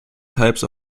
types